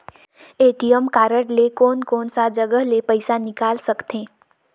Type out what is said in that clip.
ATM card ले कोन कोन सा जगह ले पइसा निकाल सकथे?